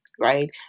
right